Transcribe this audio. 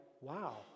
wow